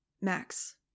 Max